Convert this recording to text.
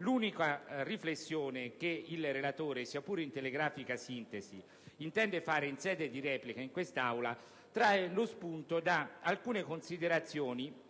L'unica riflessione che il relatore, sia pure in telegrafica sintesi, intende svolgere in sede di replica in quest'Aula trae spunto da alcune considerazioni,